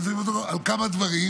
אתה צריך לבדוק אותו על כמה דברים.